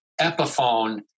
Epiphone